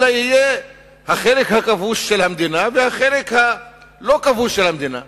אלא יהיה על החלק הכבוש של המדינה והחלק הלא-כבוש של המדינה.